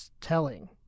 telling